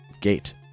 gate